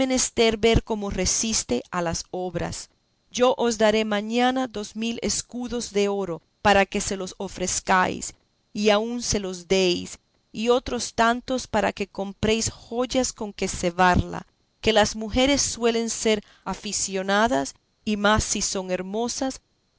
menester ver cómo resiste a las obras yo os daré mañana dos mil escudos de oro para que se los ofrezcáis y aun se los deis y otros tantos para que compréis joyas con que cebarla que las mujeres suelen ser aficionadas y más si son hermosas